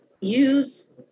use